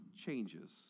changes